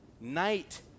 night